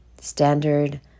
standard